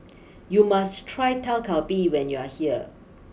you must try Dak Galbi when you are here